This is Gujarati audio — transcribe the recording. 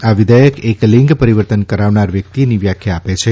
આ વિઘેયક એક લિંગ પરિવર્તન કરાવનાર વ્યક્તિની વ્યાખ્યા આપે છે